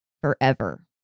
forever